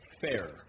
Fair